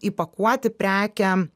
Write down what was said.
įpakuoti prekę